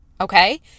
okay